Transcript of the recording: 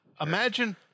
imagine